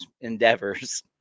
endeavors